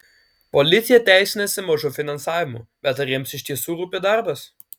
policija teisinasi mažu finansavimu bet ar jiems iš tiesų rūpi darbas